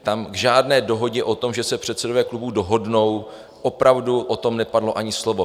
Tam k žádné dohodě o tom, že se předsedové klubů dohodnou, opravdu o tom nepadlo ani slovo.